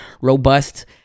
robust